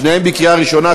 שתיהן לקריאה ראשונה.